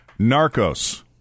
Narcos